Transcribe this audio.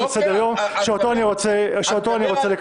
יש לי סדר-יום שאותו אני רוצה לקדם.